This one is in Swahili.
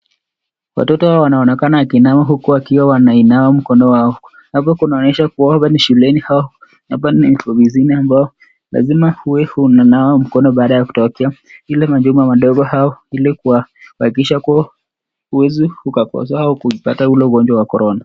Watoto hawa wanaonekana wakinawa huku wakiwa wanainawa mkono wao, hapa kunaonyesha kuwa hapa ni shuleni hau, apa ni sehemu zingine ambao, lazima uwe unanawa mkono baada ya kutokea, ile majumba madogo hau, ili kuhakisha kuwa, huwezi ukaposa au kuipata ule ugonjwa wa korona.